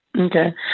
Okay